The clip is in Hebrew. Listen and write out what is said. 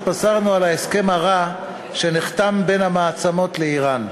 התבשרנו על ההסכם הרע שנתחם בין המעצמות לאיראן,